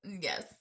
yes